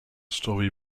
story